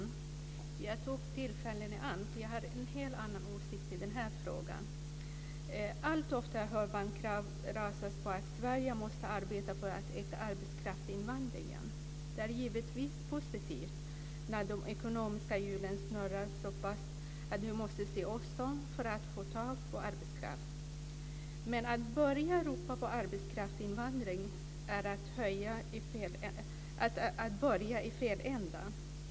Fru talman! Jag tog tillfället i akt. Jag har en helt annan åsikt i den här frågan. Allt oftare hör man krav resas på att Sverige måste arbeta för öka arbetskraftsinvandringen. Det är givetvis positivt när de ekonomiska hjulen snurrar så pass att vi måste se oss om för att få tag på arbetskraft. Men att börja ropa på arbetskraftsinvandring är att börja i fel ände.